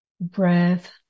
breath